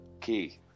key